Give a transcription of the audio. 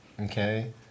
okay